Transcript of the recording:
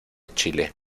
chile